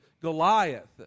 Goliath